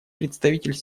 представитель